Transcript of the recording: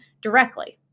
directly